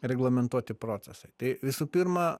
reglamentuoti procesai tai visų pirma